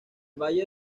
valle